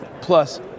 plus